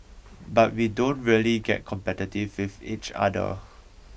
but we don't really get competitive with each other